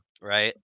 right